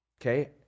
Okay